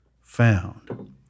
found